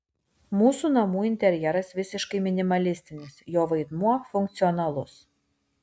mūsų namų interjeras visiškai minimalistinis jo vaidmuo funkcionalus